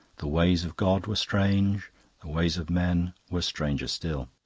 the ways of god were strange the ways of man were stranger still.